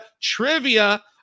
Trivia